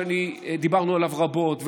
שדיברנו עליו רבות,